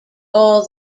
all